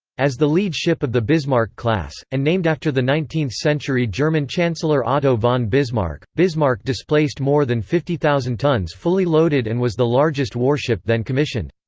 as the lead ship of the bismarck class, and named after the nineteenth century german chancellor otto von bismarck, bismarck displaced more than fifty thousand tonnes fully loaded and was the largest warship then commissioned.